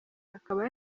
akaba